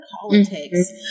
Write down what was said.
politics